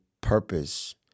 purpose